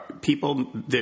People